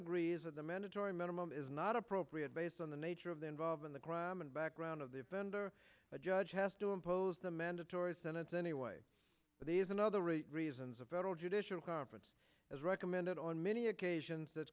agrees that the mandatory minimum is not appropriate based on the nature of the involved in the crime and background of the offender a judge has to impose the mandatory sentence anyway but is another really reasons of federal judicial conference as recommended on many occasions that